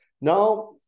Now